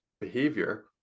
behavior